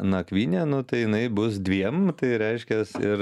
nakvynę nu tai jinai bus dviem tai reiškias ir